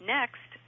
Next